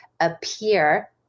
appear